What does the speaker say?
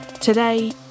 Today